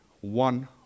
one